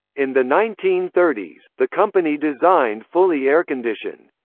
in the nineteen thirty s, the company designed fully air-conditioned,